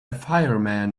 fireman